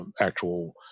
actual